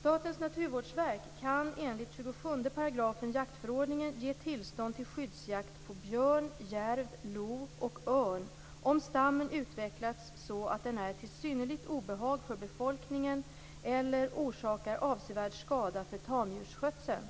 Statens naturvårdsverk kan enligt 27 § jaktförordningen ge tillstånd till skyddsjakt på björn, järv, lo och örn om stammen utvecklats så att den är till synnerligt obehag för befolkningen eller orsakar avsevärd skada för tamdjursskötseln.